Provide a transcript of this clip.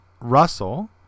Russell